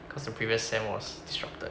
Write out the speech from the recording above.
cause the previous sem was disrupted